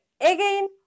again